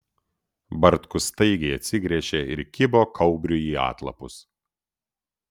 bartkus staigiai atsigręžė ir kibo kaubriui į atlapus